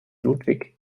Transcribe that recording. ludwig